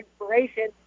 inspiration